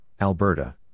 Alberta